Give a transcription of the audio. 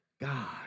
God